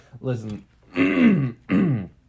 listen